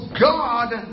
God